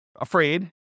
afraid